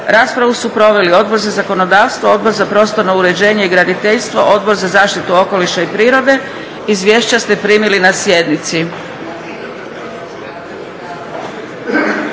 Raspravu su proveli Odbora za zakonodavstvo, Odbor za prostorno uređenje i graditeljstvo, Odbor za zaštitu okoliša i prirode. Izvješća ste primili na sjednici.